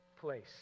place